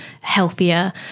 healthier